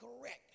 correct